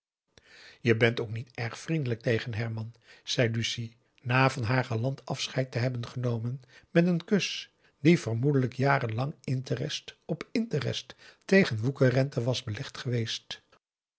je bent ook niet erg vriendelijk tegen herman zei lucie na van haar galant afscheid te hebben genomen met een kus die vermoedelijk jaren lang interest op interest tegen woekerrente was belegd geweest